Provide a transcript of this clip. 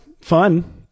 fun